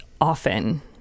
often